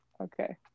Okay